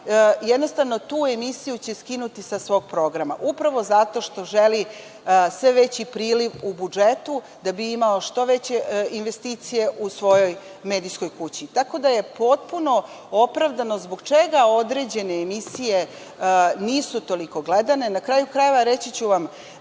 jednostavno tu emisiju će skinuti sa svog programa upravo zato što želi sve veći priliv u budžetu da bi imao što veće investicije u svojoj medijskoj kući. Tako da je potpuno opravdano zbog čega određene emisije nisu toliko gledane. Na kraju krajeva, reći ću vam